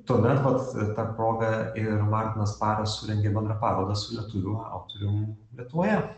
tuomet vat ta proga ir martinas paras surengė bendrą parodą su lietuvių autorium lietuvoje